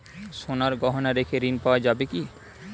সোনার গহনা রেখে ঋণ পাওয়া যাবে কি?